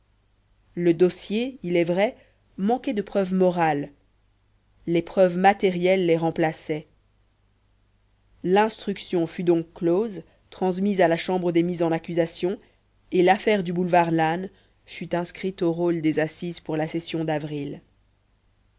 le dossier il est vrai manquait de preuves morales les preuves matérielles les remplaçaient l'instruction fut donc close transmise à la chambre des mises en accusation et l'affaire du boulevard lannes fut inscrite au rôle des assises pour la session d'avril